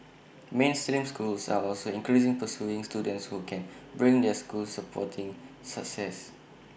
mainstream schools are also increasingly pursuing students who can bring their schools sporting success